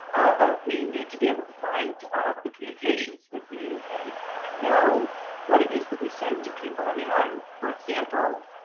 we need to be able to find the communications that we made and know what it is that we sent to people. i mean, um for example,